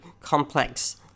complex